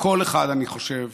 וכל אחד, אני חושב,